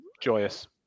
Joyous